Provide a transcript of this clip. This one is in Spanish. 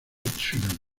tsunami